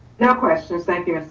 no questions. thank you mr.